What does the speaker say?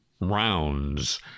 rounds